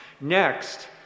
Next